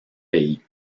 pays